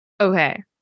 Okay